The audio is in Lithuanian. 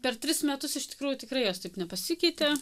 per tris metus iš tikrųjų tikrai jos taip nepasikeitė